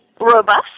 robust